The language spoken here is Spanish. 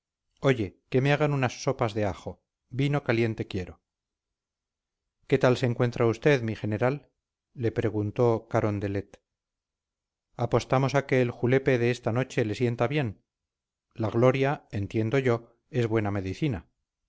oye que me hagan unas sopas de ajo vino caliente quiero qué tal se encuentra usted mi general le preguntó carondelet apostamos a que el julepe de esta noche le sienta bien la gloria entiendo yo es buena medicina